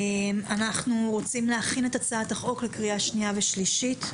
אנחנו רוצים להכין את הצעת החוק לקריאה שנייה ושלישית,